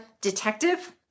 Detective